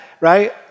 right